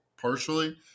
partially